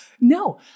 No